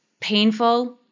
painful